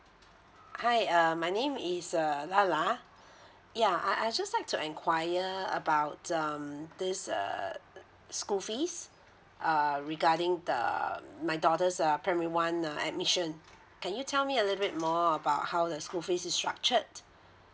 hi uh my name is err lala ya I I just like to enquire about um this err school fees uh regarding the um my daughter's uh primary one um admission can you tell me a little bit more about how the school fees is structured